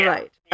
Right